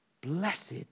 Blessed